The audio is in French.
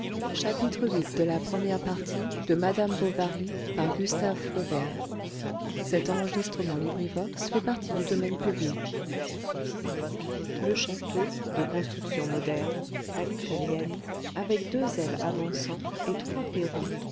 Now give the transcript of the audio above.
viii le château de construction moderne à l'italienne avec deux ailes avançant et trois perrons